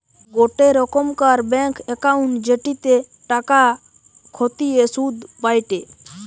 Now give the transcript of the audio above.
গোটে রোকমকার bank account জেটিতে টাকা খতিয়ে শুধ পায়টে